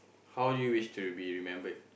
how would you wished to be remembered